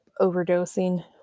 overdosing